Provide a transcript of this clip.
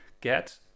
get